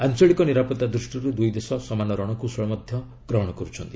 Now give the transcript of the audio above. ଆଞ୍ଚଳିକ ନିରାପତ୍ତା ଦୃଷ୍ଟିରୁ ଦୁଇ ଦେଶ ସମାନ ରଣକୌଶଳ ଗ୍ରହଣ କରିଛନ୍ତି